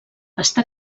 està